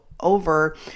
over